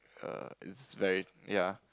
err it's very ya